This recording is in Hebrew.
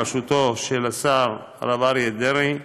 בראשותו של השר הרב אריה דרעי,